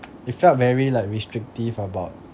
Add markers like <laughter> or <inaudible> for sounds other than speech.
<noise> it felt very like restrictive about